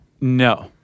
No